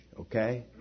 okay